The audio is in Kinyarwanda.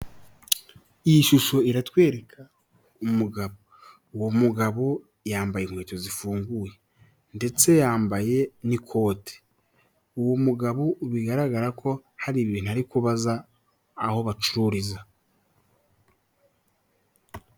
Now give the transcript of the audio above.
Iyi shusho iratwereka umugabo. Uwo mugabo yambaye inkweto zifunguye, ndetse yambaye n'ikote uwo mugabo bigaragara ko hari ibintu ari kubaza aho bacururiza.